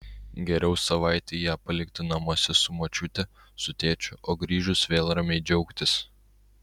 geriau savaitei ją palikti namuose su močiute su tėčiu o grįžus vėl ramiai džiaugtis